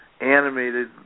animated